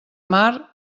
mar